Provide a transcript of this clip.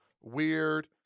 weird